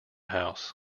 house